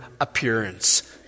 appearance